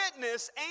witness